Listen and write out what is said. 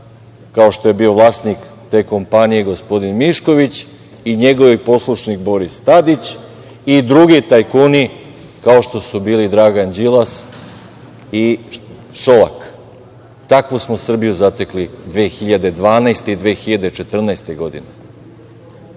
kao što je bio vlasnik te kompanije, gospodin Mišković i njegov poslušnik Boris Tadić i drugi tajkuni kao što su bili Dragan Đilas i Šolak. Takvu smo Srbiju zatekli 2012. i 2014. godine. Danas,